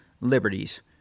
liberties